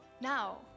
now